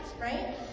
right